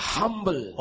humble